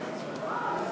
האירופי,